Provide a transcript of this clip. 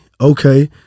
Okay